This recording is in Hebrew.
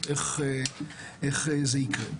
נצטרך לראות איך זה יקרה.